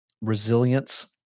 Resilience